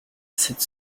sept